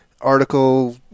article